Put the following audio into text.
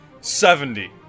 Seventy